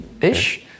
ish